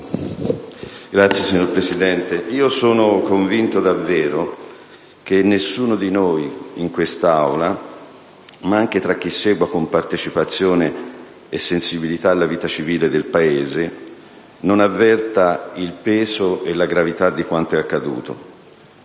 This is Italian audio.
*(PD)*. Signor Presidente, sono convinto davvero che nessuno di noi in quest'Aula, ma anche tra chi segue con partecipazione e sensibilità la vita civile del Paese, non avverta il peso e la gravità di quanto è accaduto: